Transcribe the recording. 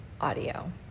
audio